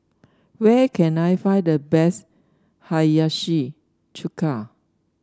where can I find the best Hiyashi Chuka